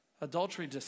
Adultery